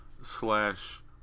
slash